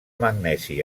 magnesi